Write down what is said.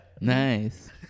Nice